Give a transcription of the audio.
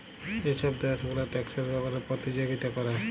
যে ছব দ্যাশ গুলা ট্যাক্সের ব্যাপারে পতিযগিতা ক্যরে